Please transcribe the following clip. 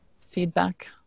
Feedback